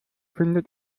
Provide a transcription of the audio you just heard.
findet